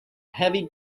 heavy